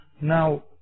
Now